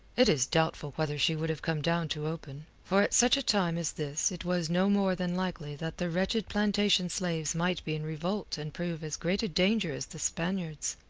it is doubtful whether she would have come down to open. for at such a time as this it was no more than likely that the wretched plantation slaves might be in revolt and prove as great a danger as the spaniards.